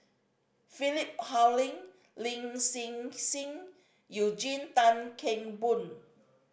Philip Hoalim Lin Hsin Hsin Eugene Tan Kheng Boon